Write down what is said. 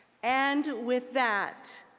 and with that,